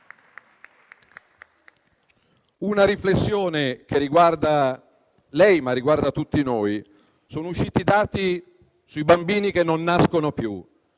una riflessione che riguarda lei e tutti noi. Sono usciti i dati sui bambini che non nascono più: